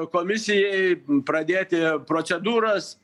komisijai pradėti procedūras